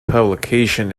publication